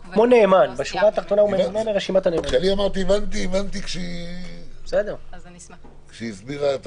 אני לא בטוח שיש באמת פלח כזה של עסקאות שהן מספיק חשובות מצד